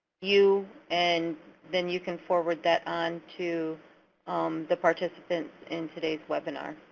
you and then you can forward that on to the participants in today's webinar.